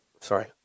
Sorry